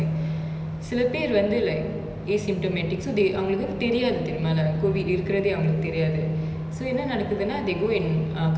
so என்ன நடக்குதுனா:enna nadakuthunaa they go and uh come in contact with other people then the person they infect right might end up being symptomatic so you really never know where you got it from